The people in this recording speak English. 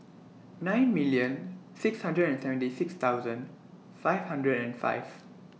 nine million six hundred and seventy six thousand five hundred and five